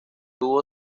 tuvo